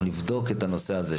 אנחנו נבדוק את הנושא הזה.